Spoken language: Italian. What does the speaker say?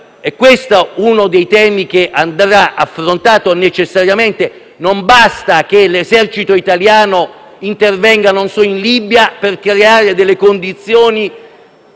È questo uno dei temi che andrà affrontato necessariamente. Non basta che l'Esercito italiano intervenga in Libia per creare delle condizioni